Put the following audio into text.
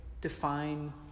define